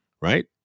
Right